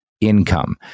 income